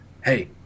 hey